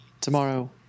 tomorrow